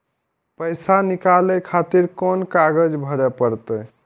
पैसा नीकाले खातिर कोन कागज भरे परतें?